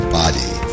body